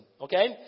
okay